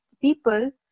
people